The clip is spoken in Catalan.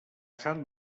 sant